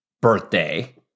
birthday